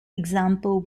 example